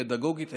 פדגוגית,